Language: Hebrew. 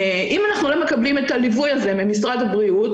אם אנחנו לא מקבלים את הליווי הזה ממשרד הבריאות,